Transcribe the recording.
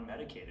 unmedicated